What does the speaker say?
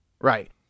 Right